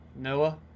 Noah